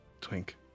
Twink